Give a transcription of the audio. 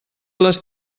les